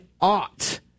ought